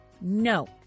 No